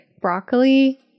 broccoli